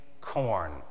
corn